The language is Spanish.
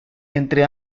entre